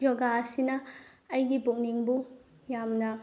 ꯌꯣꯒꯥ ꯑꯁꯤꯅ ꯑꯩꯒꯤ ꯄꯨꯛꯅꯤꯡꯕꯨ ꯌꯥꯝꯅ